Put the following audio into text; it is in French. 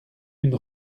une